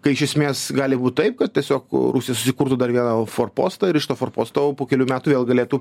kai iš esmės gali būt taip kad tiesiog rusija susikurtų dar vieną forpostą ir iš to forposto jau po kelių metų vėl galėtų